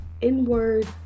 inward